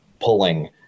pulling